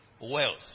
wealth